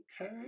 Okay